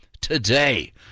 today